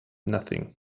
nothing